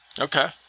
Okay